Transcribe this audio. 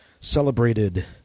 celebrated